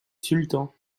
sultan